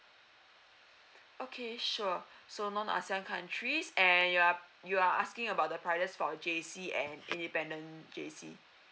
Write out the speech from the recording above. okay sure so non asean countries and you are you are asking about the prices for J_C and independent J_C